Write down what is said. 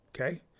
Okay